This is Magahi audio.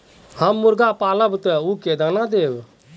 हम मुर्गा पालव तो उ के दाना देव?